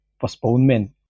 postponement